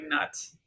nuts